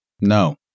no